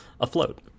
afloat